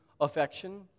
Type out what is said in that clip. affection